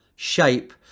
Shape